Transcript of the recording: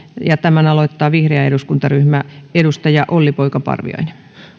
ja tämän aloittaa vihreä eduskuntaryhmä edustaja olli poika parviainen